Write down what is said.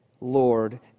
Lord